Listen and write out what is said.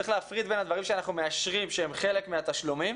צריך להפריד בין דברים שאנחנו מאשרים שהם חלק מהתשלומים,